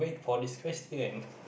for disquieting